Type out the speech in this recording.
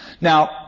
Now